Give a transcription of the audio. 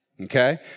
Okay